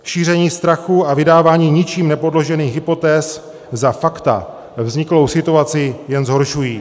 Šíření strachu a vydávání ničím nepodložených hypotéz za fakta vzniklou situaci jen zhoršují.